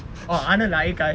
oh ya